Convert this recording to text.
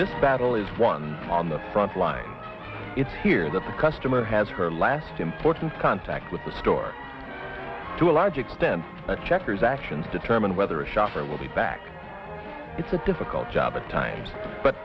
this battle is won on the front lines it's here that the customer has her last important contact with the store to a large extent at checkers actions determine whether a shopper will be back it's a difficult job at times but